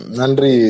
Nandri